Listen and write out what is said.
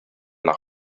nach